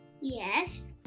Yes